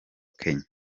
kenya